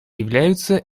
являются